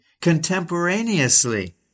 contemporaneously